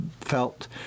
felt